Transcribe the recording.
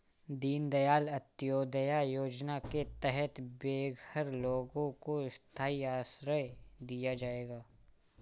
दीन दयाल अंत्योदया योजना के तहत बेघर लोगों को स्थाई आश्रय दिया जाएगा